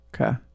okay